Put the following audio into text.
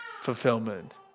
fulfillment